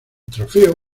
trofeo